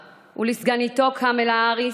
ולסגניתו קמלה האריס,